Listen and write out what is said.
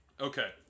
Okay